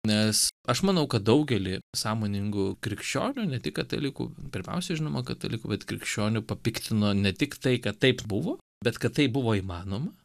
nes aš manau kad daugelį sąmoningų krikščionių ne tik katalikų pirmiausia žinoma katalikų bet krikščionių papiktino ne tik tai kad taip buvo bet kad tai buvo įmanoma